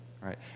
right